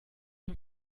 dem